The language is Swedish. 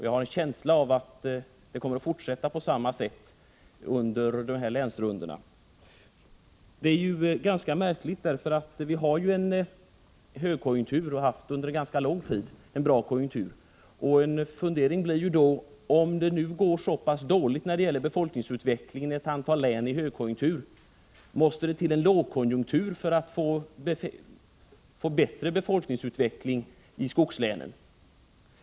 Jag har en känsla av att det kommer att vara på samma sätt under den här länsrundan. Och det är ju ganska märkligt, för vi har nu en högkonjunktur och har under en ganska lång tid haft en bra konjunktur. En fundering blir då: Om det nu i en högkonjunktur går så pass dåligt med befolkningsutvecklingen i ett antal län, måste det då till en lågkonjunktur för att få en bättre befolkningsutveckling i skogslänen?